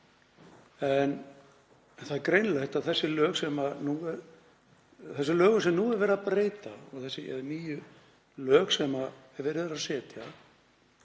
Það er greinilegt að þessi lög, sem nú er verið að breyta, og þessi nýju lög sem verið er að setja